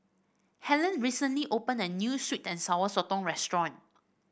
Hellen recently opened a new sweet and Sour Sotong restaurant